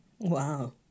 Wow